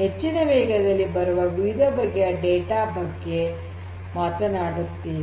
ಹೆಚ್ಚಿನ ವೇಗದಲ್ಲಿ ಬರುವ ವಿವಿಧ ಬಗೆಯ ಡೇಟಾ ಬಗ್ಗೆ ಮಾತನಾಡುತ್ತೇವೆ